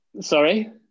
Sorry